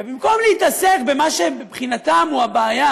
ובמקום להתעסק במה שמבחינתם הוא הבעיה,